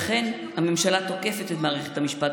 לכן הממשלה תוקפת את מערכת המשפט,